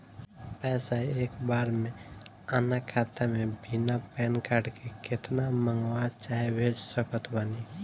पैसा एक बार मे आना खाता मे बिना पैन कार्ड के केतना मँगवा चाहे भेज सकत बानी?